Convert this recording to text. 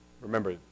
remember